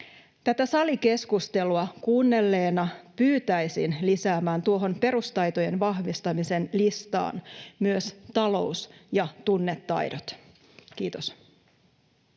Tätä salikeskustelua kuunnelleena pyytäisin lisäämään tuohon perustaitojen vahvistamisen listaan myös talous- ja tunnetaidot. — Kiitos.